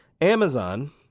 Amazon